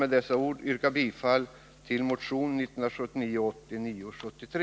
med dessa ord yrka bifall till motion 1979/80:973.